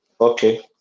Okay